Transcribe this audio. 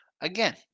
Again